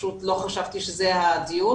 פשוט לא חשבתי שזה הדיון,